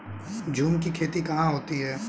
झूम की खेती कहाँ होती है?